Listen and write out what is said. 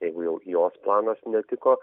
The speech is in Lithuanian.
jeigu jau jos planas netiko